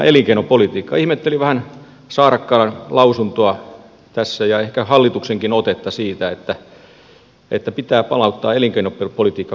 ihmettelin vähän saarakkalan lausuntoa tässä ja ehkä hallituksenkin otetta siitä että pitää palauttaa elinkeinopolitiikka kuntiin